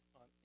on